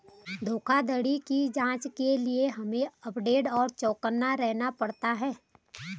धोखाधड़ी की जांच के लिए हमे अपडेट और चौकन्ना रहना पड़ता है